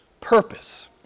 purpose